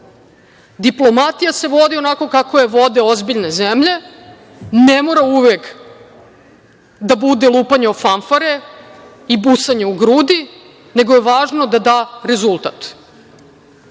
Diplomatija se vodi onako kako je vode ozbiljne zemlje. Ne mora uvek da bude lupanje o fanfare i busanje u grudi, nego je važno da da rezultat.